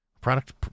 Product